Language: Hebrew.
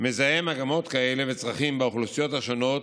מזהה מגמות כאלה וצרכים באוכלוסיות השונות,